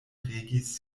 regis